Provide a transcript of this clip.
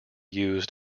used